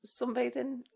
sunbathing